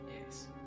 Yes